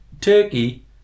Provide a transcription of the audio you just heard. Turkey